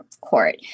court